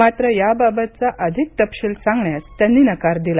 मात्र याबाबतचा अधिक तपशील सांगण्यास त्यांनी नकार दिला